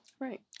Right